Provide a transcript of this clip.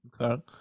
Okay